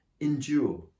endure